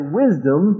wisdom